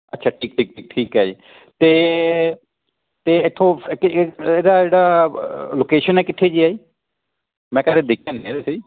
ਅੱਛਾ ਠੀਕ ਠੀਕ ਠੀਕ ਠੀਕ ਹੈ ਜੀ ਅਤੇ ਅਤੇ ਇੱਥੋਂ ਇਹਦਾ ਜਿਹੜਾ ਲੋਕੇਸ਼ਨ ਹੈ ਕਿੱਥੇ ਜੀ ਹੈ ਜੀ ਮੈਂ ਕਦੇ ਦੇਖਿਆ ਨਹੀਂ ਹੈ ਵੈਸੇ ਜੀ